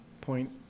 point